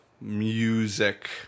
music